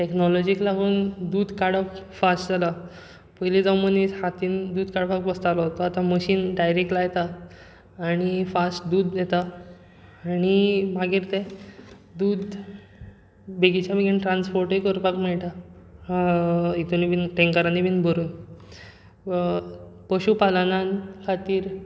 टॅक्नोलॉजीक लागून दूद काडप फास्ट जालां पयलीं जो मनीस हातान दूद काडपाक बसतालो तो आतां मशीन डायरेक्ट लायता आनी फास्ट दूद दिता आनी मागीर तें दूद बेगिनाच्या बेगीन ट्रान्सर्पोटूय करपाक मेळटा हातूंत बीन टँकरांनी भरून पशु पालना खातीर